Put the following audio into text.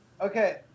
Okay